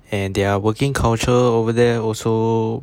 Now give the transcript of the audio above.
and their working culture over there also